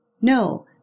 No